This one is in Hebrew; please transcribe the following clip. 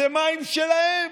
זה מים שלהם,